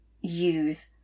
use